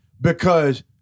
because-